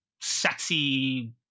sexy